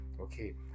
Okay